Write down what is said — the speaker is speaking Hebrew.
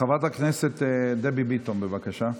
חברת הכנסת דבי ביטון, בבקשה.